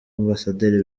ambasaderi